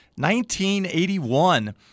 1981 –